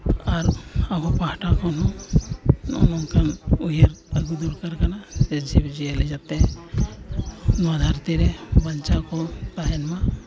ᱟᱨ ᱟᱵᱚ ᱯᱟᱦᱴᱟ ᱠᱷᱚᱱ ᱦᱚᱸ ᱱᱚᱝ ᱱᱚᱝᱠᱟᱱ ᱩᱭᱦᱟᱹᱨ ᱟᱹᱜᱩ ᱫᱚᱨᱠᱟᱨ ᱠᱟᱱᱟ ᱡᱤᱵᱽᱼᱡᱤᱭᱟᱹᱞᱤ ᱡᱟᱛᱮ ᱱᱚᱣᱟ ᱰᱷᱟᱹᱨᱛᱤ ᱨᱮ ᱡᱟᱛᱮ ᱵᱟᱧᱪᱟᱣ ᱠᱚ ᱛᱟᱦᱮᱱᱢᱟ